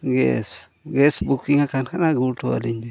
ᱟᱠᱟᱱ ᱠᱷᱟᱱ ᱟᱹᱜᱩ ᱦᱚᱴᱚ ᱟᱹᱞᱤᱧ ᱵᱤᱱ